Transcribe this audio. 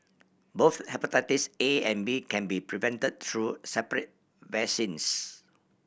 both hepatitis A and B can be prevent through separate vaccines